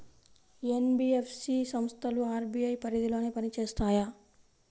NBFC సంస్థలు RBI పరిధిలోనే పని చేస్తాయా?